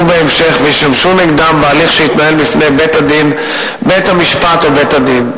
בהמשך וישמשו נגדם בהליך שיתנהל בפני בית-המשפט או בית-הדין.